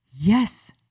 Yes